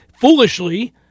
foolishly